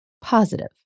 positive